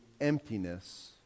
emptiness